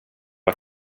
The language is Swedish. var